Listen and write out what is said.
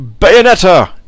Bayonetta